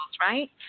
right